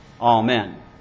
Amen